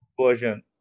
version